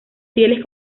fieles